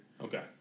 Okay